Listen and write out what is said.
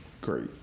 Great